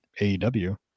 AEW